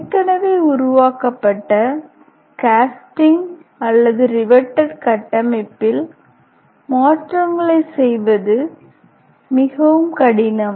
ஏற்கெனவே உருவாக்கப்பட்ட காஸ்டிங் அல்லது ரிவேட்டேட் கட்டமைப்பில் மாற்றங்களைச் செய்வது மிகவும் கடினம்